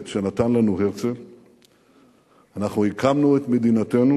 שנתן לנו הרצל אנחנו הקמנו את מדינתנו,